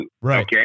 Right